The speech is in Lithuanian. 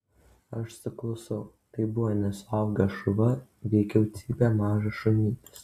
aš suklusau tai buvo ne suaugęs šuva veikiau cypė mažas šunytis